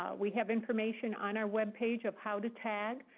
um we have information on our webpage of how to tag.